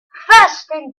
fasten